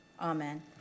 amen